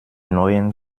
neuen